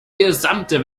gesamte